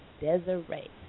Desiree